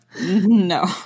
No